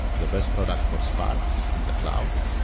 the best product for spark in the cloud.